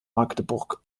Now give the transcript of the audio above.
magdeburg